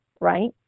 right